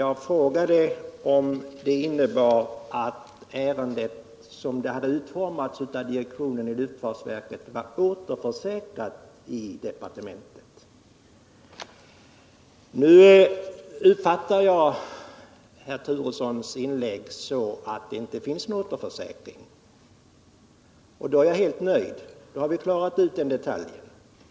Jag frågade om det innebar att ärendet som det utformats av direktionen i luftfartsverket var återförsäkrat i departementet. Jag uppfattar kommunikationsministerns inlägg så att det inte finns någon återförsäkring. I så fall är jag helt nöjd. Då har vi klarat ut den detaljen.